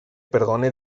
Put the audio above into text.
perdone